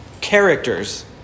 characters